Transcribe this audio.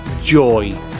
joy